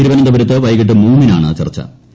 തിരുവനന്തപുരത്ത് വൈകിട്ട് മൂന്നിനാണ് ചർച്ചു